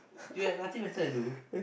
you have nothing better to do